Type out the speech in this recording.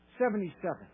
Seventy-seven